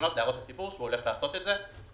התקנות להערות הציבור שהוא הולך לעשות את זה,